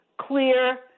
clear